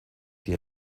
die